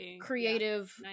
creative